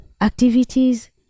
activities